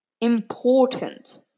important